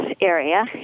area